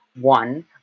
one